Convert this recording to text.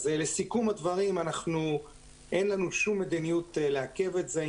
לסיכום הדברים אין לנו שום מדיניות לעכב את זה.